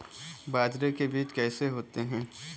बाजरे के बीज कैसे होते हैं?